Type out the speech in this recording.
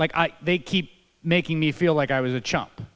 like they keep making me feel like i was a chump